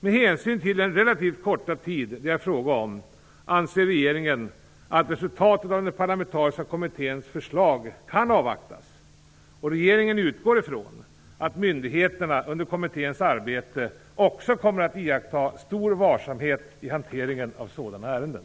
Med hänsyn till den relativt korta tid det är fråga om anser regeringen att resultatet och den parlamentariska kommitténs förlag kan avvaktas. Regeringen utgår ifrån att myndigheterna under tiden för kommitténs arbete också kommer att iaktta stor varsamhet i hanteringen av sådana ärenden.